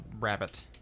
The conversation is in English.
Rabbit